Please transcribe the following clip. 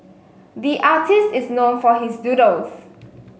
the artist is known for his doodles